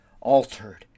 altered